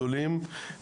זולים,